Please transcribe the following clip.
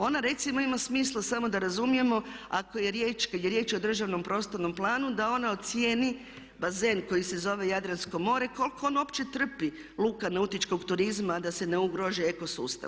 Ona recimo ima smisla, samo da razumijemo ako je riječ, kada je riječ o državnom prostornom planu da ona ocijeni bazen koji se zove Jadransko more koliko ono uopće trpi luka nautičkog turizma da se ne ugrozi eko sustav.